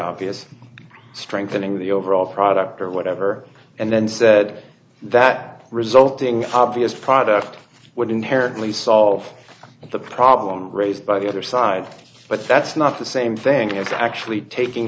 obvious strengthening the overall product or whatever and then said that resulting obvious product would inherently solve the problem raised by the other side but that's not the same thing as actually taking